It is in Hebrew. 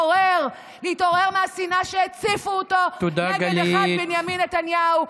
נגד אחד, בנימין נתניהו.